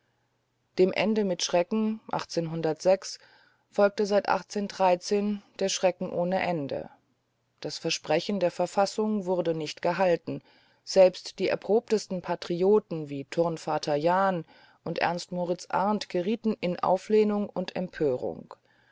dem ende mit schrecken folgte seit der schrecken ohne ende das versprechen der verfassung wurde nicht gehalten selbst die erprobtesten patrioten wie turnvater jahn und e m arndt gerieten in auflehnung und empörung